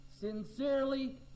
sincerely